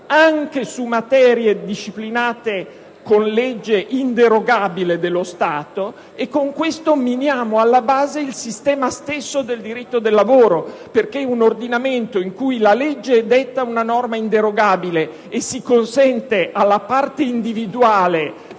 a materie disciplinate con legge inderogabile dello Stato; e con questo miniamo alla base il sistema stesso del diritto del lavoro perché un ordinamento in cui la legge detta una norma inderogabile e tuttavia consente alla parte individuale